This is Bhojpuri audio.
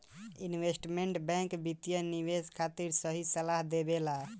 इन्वेस्टमेंट बैंक वित्तीय निवेश खातिर सही सलाह देबेला